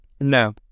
no